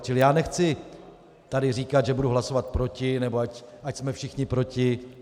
Čili já nechci tady říkat, že budu hlasovat proti nebo ať jsme všichni proti.